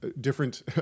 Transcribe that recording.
different